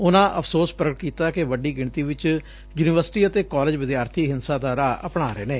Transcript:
ਉਨੂਾ ਅਫ਼ਸੋਸ ਪੁਗਟ ਕੀਤਾ ਕਿ ਵੱਡੀ ਗਿਣਤੀ ਵਿਚ ਯੁਨੀਵਰਸਿਟੀ ਅਤੇ ਕਾਲਜ ਵਿਦਿਆਰਬੀ ਹਿੰਸਾ ਦਾ ਰਾਹ ਅਪਣਾਅ ਰਹੇ ਨੇ